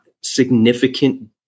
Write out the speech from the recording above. significant